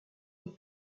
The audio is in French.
les